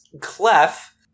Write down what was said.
Clef